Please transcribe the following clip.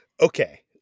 okay